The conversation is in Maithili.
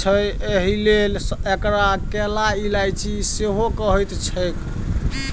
छै एहिलेल एकरा कैला इलायची सेहो कहैत छैक